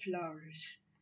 flowers